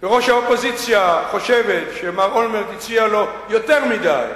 וראש האופוזיציה חושבת שמר אולמרט הציע לו יותר מדי,